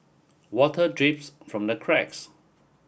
water drips from the cracks